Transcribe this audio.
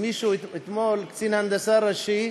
אתמול קצין הנדסה ראשי,